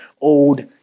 old